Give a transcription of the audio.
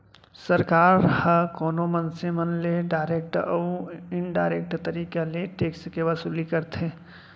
सरकार ह कोनो मनसे मन ले डारेक्ट अउ इनडारेक्ट तरीका ले टेक्स के वसूली करथे